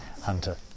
Hunter